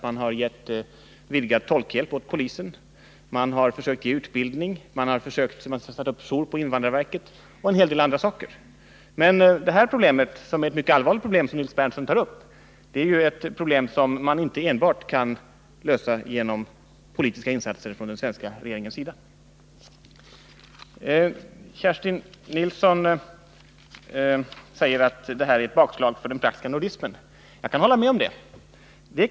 Man har gett polisen en vidgad tolkhjälp, man har försökt ge utbildning, man har satt upp jour på invandrarverket och man har gjort en hel del andra saker. Men det problem Nils Berndtson tar upp — det är ett mycket allvarligt problem — kan man inte lösa enbart genom politiska insatser från den svenska regeringens sida. Kerstin Nilsson säger att det här är ett bakslag för den praktiska nordismen. Jag kan hålla med om det.